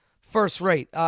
first-rate